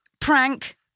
prank